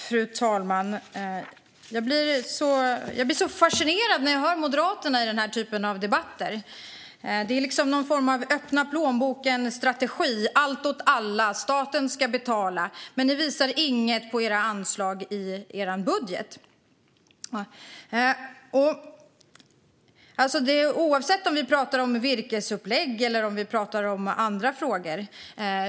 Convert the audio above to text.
Fru talman! Jag blir fascinerad när jag hör Moderaterna i den här typen av debatter. Det är liksom någon form av öppna-plånboken-strategi. Det är allt åt alla, och staten ska betala. Men ni visar inget av det i era anslag i er budget. Så är det oavsett om vi pratar om virkesupplag eller om vi pratar om andra frågor.